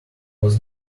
was